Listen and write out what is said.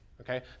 Okay